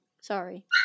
Sorry